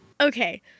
Okay